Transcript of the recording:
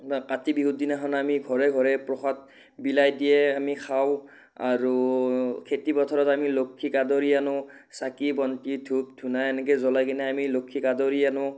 কাতি বিহুৰ দিনাখন আমি ঘৰে ঘৰে প্ৰসাদ বিলাই দিয়ে আমি খাওঁ আৰু খেতি পথাৰত আমি লক্ষীক আদৰি আনো চাকি বন্তি ধূপ ধূনা এনেকৈ জ্বলাই কিনে আমি লক্ষীক আদৰি আনো